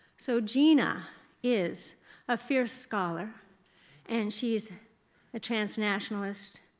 so gina is a fierce scholar and she is a transnationalist.